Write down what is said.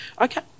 okay